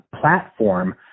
platform